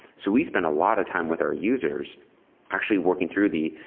so we spent a lot of time with our users actually working through the,